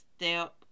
step